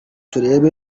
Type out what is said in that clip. turebe